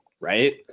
right